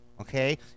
Okay